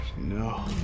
No